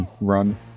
Run